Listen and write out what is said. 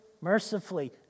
mercifully